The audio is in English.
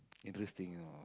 interesting you know